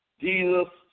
Jesus